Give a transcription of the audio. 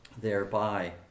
thereby